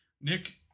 Nick